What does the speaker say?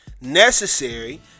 necessary